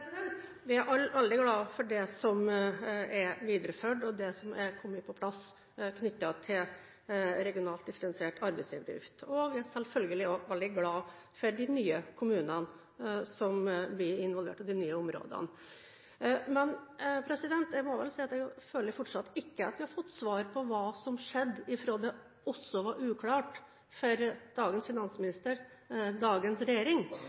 Vi er alle veldig glade for det som er videreført, og det som er kommet på plass knyttet til regionalt differensiert arbeidsgiveravgift. Vi er selvfølgelig også veldig glade for de nye kommunene som blir involvert, og de nye områdene. Men jeg føler fortsatt ikke at vi har fått svar på hva som skjedde fra det var uklart – også for dagens finansminister og dagens regjering